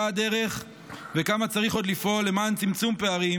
הדרך וכמה צריך עוד לפעול למען צמצום פערים,